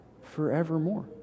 forevermore